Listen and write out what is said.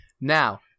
Now